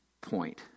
point